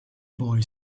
boy